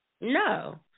No